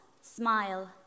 Smile